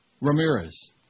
Ramirez